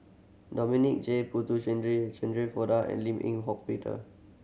Dominic J Shirin Fozdar and Lim Eng Hock Peter